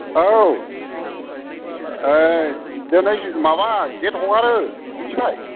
औ ओइ दोनै माबा गेट हगारो मिनथिबाय